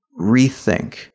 rethink